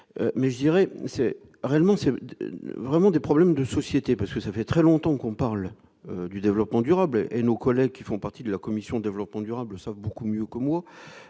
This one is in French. c'est réellement c'est vraiment des problèmes de société parce que ça fait très longtemps qu'on parle du développement durable et nos collègues qui font partie de la commission développement durable ça beaucoup mieux que moi